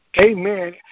Amen